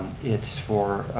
it's for